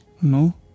No